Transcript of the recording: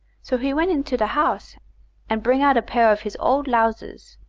so he went into de house and bring out a pair of his old lowsers,